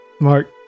Mark